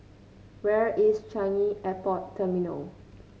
where is Changi Airport Terminal